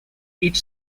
each